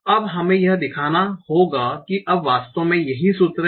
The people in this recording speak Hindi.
अब हमें यह दिखाना होगा कि अब वास्तव में यही सूत्र है